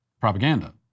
propaganda